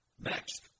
Next